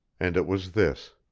and it was this.